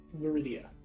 Viridia